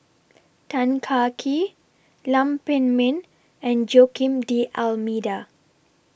Tan Kah Kee Lam Pin Min and Joaquim D'almeida